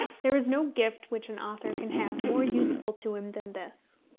there is no gift which an author can have more useful to him than this.